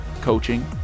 coaching